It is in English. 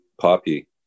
poppy